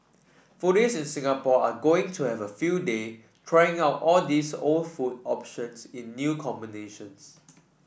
foodies in Singapore are going to have a field day trying out all these old food options in new combinations